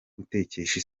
gutekesha